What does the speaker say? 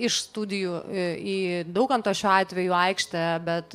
iš studijų į daukanto šiuo atveju aikštę bet